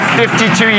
52